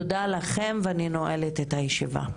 תודה רבה לכם ואני נועלת את הישיבה.